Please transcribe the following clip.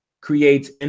creates